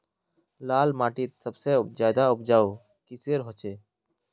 लाल माटित सबसे ज्यादा उपजाऊ किसेर होचए?